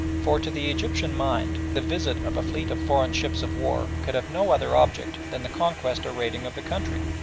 for to the egyptian mind the visit of a fleet of foreign ships of war could have no other object than the conquest or raiding of the country,